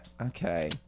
okay